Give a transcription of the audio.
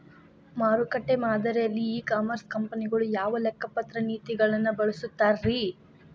ಮಾರುಕಟ್ಟೆ ಮಾದರಿಯಲ್ಲಿ e commerce ಕಂಪನಿಗಳು ಯಾವ ಲೆಕ್ಕಪತ್ರ ನೇತಿಗಳನ್ನ ಬಳಸುತ್ತಾರಿ?